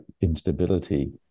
instability